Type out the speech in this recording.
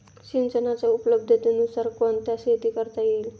सिंचनाच्या उपलब्धतेनुसार कोणत्या शेती करता येतील?